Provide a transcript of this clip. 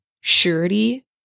surety